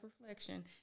reflection